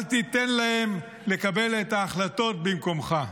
אל תיתן להם לקבל את ההחלטות במקומך.